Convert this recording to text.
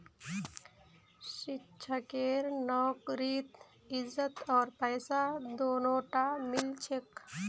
शिक्षकेर नौकरीत इज्जत आर पैसा दोनोटा मिल छेक